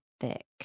thick